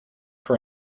for